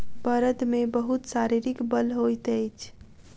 बड़द मे बहुत शारीरिक बल होइत अछि